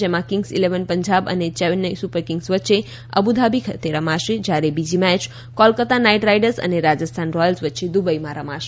જેમાં Kings Eleven Punjab અને Chennai Super Kings વચ્ચે અબુધાબી ખાતે રમાશે અને બીજી મેચ કોલકાતા નાઈટ રાઈડર્સ અને રાજસ્થાન રોયલ્સ વચ્ચે દુબઈમાં રમાશે